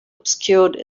obscured